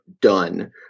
done